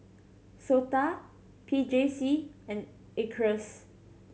SOTA P J C and Acres